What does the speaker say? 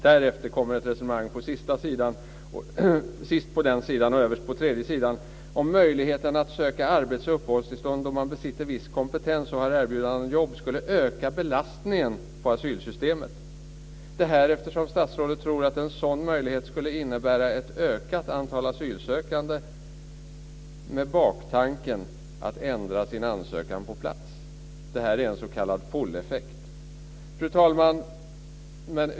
Därefter kommer ett resonemang sist på den sidan och överst på den tredje sidan om möjligheten att söka arbetsoch uppehållstillstånd om man besitter viss kompetens och har erbjudande om jobb och att detta skulle öka belastningen på asylsystemet. Statsrådet tror att en sådan möjlighet skulle innebära en ökat antal asylsökande med baktanken att ändra sin ansökan på plats. Detta är en s.k. pull-effekt. Fru talman!